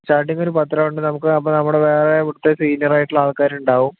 starting ഒരു പത്ത് round നമുക്ക് അപ്പോൾ നമ്മുടെ വേറെ ഇവിടുത്തെ സീനിയറായിട്ടുള്ള ആൾക്കാറുണ്ടാകും